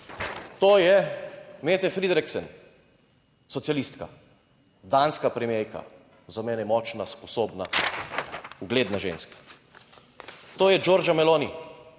To je Mette Frederiksen, socialistka, danska premierka, za mene močna, sposobna, ugledna ženska. To je Giorgia Meloni,